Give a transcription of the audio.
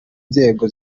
nzego